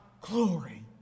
glory